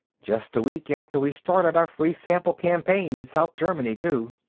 just a week after we started our free-sample campaign in south germany, too.